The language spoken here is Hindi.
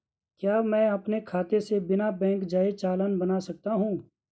क्या मैं अपने खाते से बिना बैंक जाए चालान बना सकता हूँ?